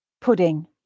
pudding